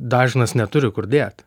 dažnas neturi kur dėt